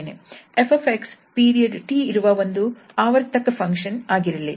𝑓𝑥 period T ಇರುವ ಒಂದು ಆವರ್ತಕ ಫಂಕ್ಷನ್ ಆಗಿರಲಿ